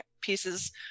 pieces